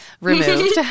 removed